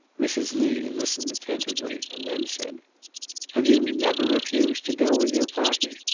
mrs. lee listened attentively, and then said have you never refused to go with your party?